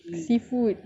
seafood